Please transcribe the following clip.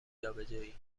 جابجایی